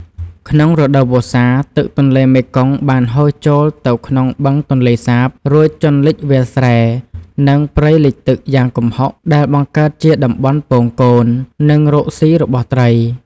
ក្នុងរដូវវស្សា ទឹកទន្លេមេគង្គបានហូរចូលទៅក្នុងបឹងទន្លេសាប រួចជន់លិចវាលស្រែ និងព្រៃលិចទឹកយ៉ាងគំហុក ដែលបង្កើតជាតំបន់ពងកូន និងរកស៊ីរបស់ត្រី។